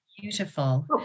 beautiful